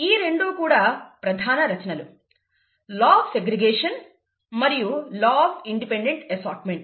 ఈ రెండూ కూడా ప్రధాన రచనలు లా ఆఫ్ సెగ్రిగేషన్ మరియు లా ఆఫ్ ఇండిపెండెంట్ అస్సోర్ట్మెంట్